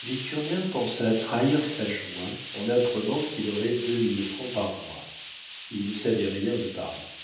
victurnien pensa trahir sa joie en apprenant qu'il aurait deux mille francs par mois il ne savait rien de paris